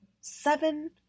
seven